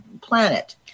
planet